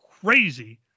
crazy